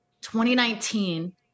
2019